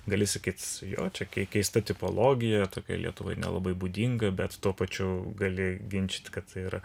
gali sakyt jo čia keista tipologija tokia lietuvoje nelabai būdinga bet tuo pačiu gali ginčyti kad tai yra